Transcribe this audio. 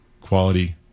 quality